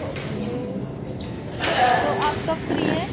okay تو آپ کب فری ہیں